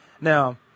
Now